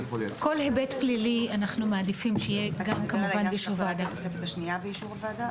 זה יכול לייצר --- כל היבט פלילי אנחנו מעדיפים שיעבור באישור ועדה.